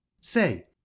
Say